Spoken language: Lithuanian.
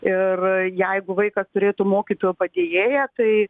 ir jeigu vaikas turėtų mokytojo padėjėją tai